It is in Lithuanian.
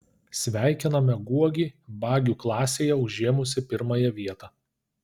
sveikiname guogį bagių klasėje užėmusį pirmąją vietą